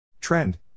Trend